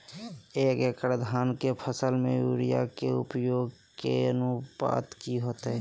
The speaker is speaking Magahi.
एक एकड़ धान के फसल में यूरिया के उपयोग के अनुपात की होतय?